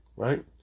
Right